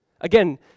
Again